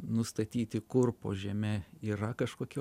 nustatyti kur po žeme yra kažkokie